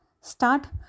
start